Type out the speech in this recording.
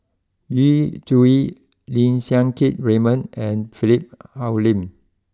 Yu Zhuye Lim Siang Keat Raymond and Philip Hoalim